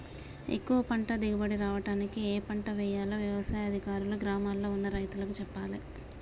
ఎక్కువ పంట దిగుబడి రావడానికి ఏ పంట వేయాలో వ్యవసాయ అధికారులు గ్రామాల్ల ఉన్న రైతులకు చెప్పాలే